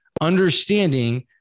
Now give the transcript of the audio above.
understanding